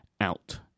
out